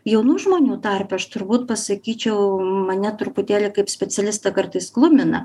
jaunų žmonių tarpe aš turbūt pasakyčiau mane truputėlį kaip specialistą kartais glumina